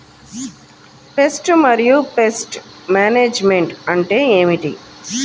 Pest మరియు pest management అంటే ఏమిటి?